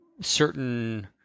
certain